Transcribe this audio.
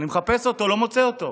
אני מחפש אותו ולא מוצא אותו.